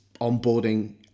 onboarding